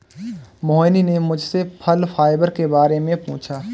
मोहिनी ने मुझसे फल फाइबर के बारे में पूछा